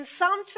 Psalm